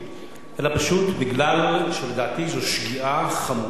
אלא פשוט מפני שלדעתי זו שגיאה חמורה.